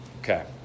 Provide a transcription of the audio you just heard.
Okay